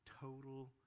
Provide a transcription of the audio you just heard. total